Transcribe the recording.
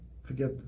Forget